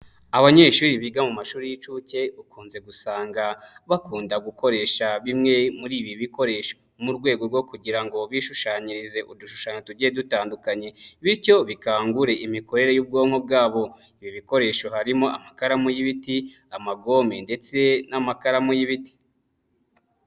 Abanyeshuri biga mu mashuri y'inshuke ukunze gusanga bakunda gukoresha bimwe muri ibi bikoresho, mu rwego rwo kugira ngo bishushanyirize udushushanyo tugiye dutandukanye, bityo bikangure imikorere y'ubwonko bwabo, ibi bikoresho harimo amakaramu y'ibiti, amagome ndetse n'amakaramu y'ibiti.